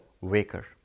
waker